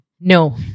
No